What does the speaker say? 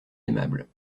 aimable